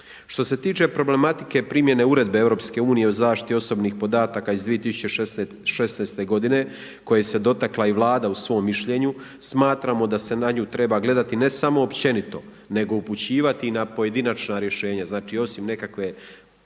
Što se tiče problematike primjene Uredbe EU o zaštiti osobnih podataka iz 2016. godine koje se dotakla i Vlada u svom mišljenju, smatramo da se na nju treba gledati ne samo općenito nego upućivati i na pojedinačna rješenja. Znači osim nekakvog